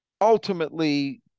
ultimately